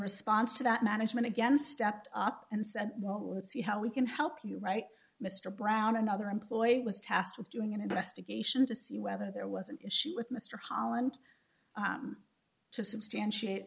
response to that management again stepped up and said well let's see how we can help you right mr brown another employee was tasked with doing an investigation to see whether there was an issue with mr holland to substantiate